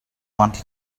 want